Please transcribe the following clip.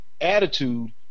Attitude